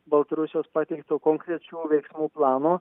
baltarusijos pateikto konkrečių veiksmų plano